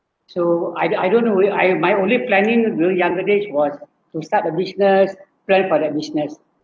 so I I don't wanna worry I my only planning during younger days was to start a business plan for that business